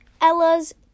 Ella's